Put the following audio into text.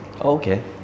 Okay